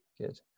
Good